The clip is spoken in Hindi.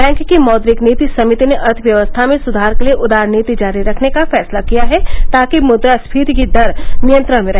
बैंक की मौद्रिक नीति समिति ने अर्थव्यवस्था में सुधार के लिए उदार नीति जारी रखने का फैसला किया है ताकि मुद्रास्फीति की दर नियंत्रण में रहे